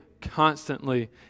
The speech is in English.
constantly